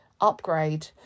upgrade